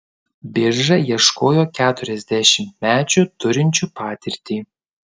birža ieškojo keturiasdešimtmečių turinčių patirtį